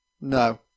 No